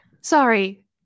sorry